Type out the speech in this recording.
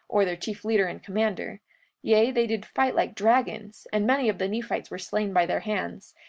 or their chief leader and commander yea, they did fight like dragons, and many of the nephites were slain by their hands,